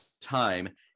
time